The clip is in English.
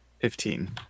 fifteen